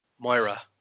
Moira